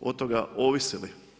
od toga ovisili.